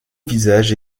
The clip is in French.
visage